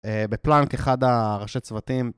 בפלאנק אחד הראשי צוותים